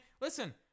listen